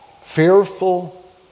Fearful